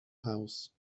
house